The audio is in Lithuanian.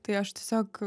tai aš tiesiog